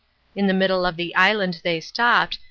in the middle of the island they stopped,